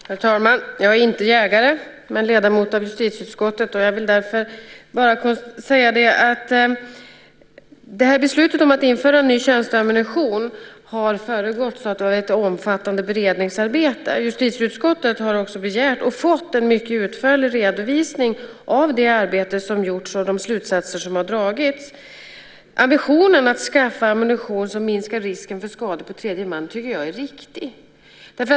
Herr talman! Jag är inte jägare men ledamot av justitieutskottet. Beslutet om att införa ny tjänsteammunition har föregåtts av ett omfattande beredningsarbete. Justitieutskottet har också begärt och fått en mycket utförlig redovisning av det arbete som gjorts och de slutsatser som har dragits. Ambitionen att skaffa ammunition som minskar risken för skador på tredje man tycker jag är riktig.